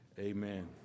amen